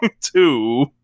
Two